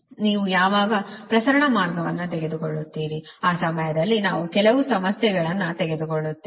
ನೀವು ಯಾವಾಗ ಪ್ರಸರಣ ಮಾರ್ಗವನ್ನು ತೆಗೆದುಕೊಳ್ಳುತ್ತೀರಿ ಆ ಸಮಯದಲ್ಲಿ ನಾವು ಕೆಲವು ಸಮಸ್ಯೆಗಳನ್ನು ತೆಗೆದುಕೊಳ್ಳುತ್ತೇವೆ